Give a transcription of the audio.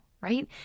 right